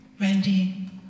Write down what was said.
Randy